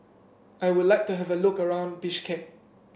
I would like to have a look around Bishkek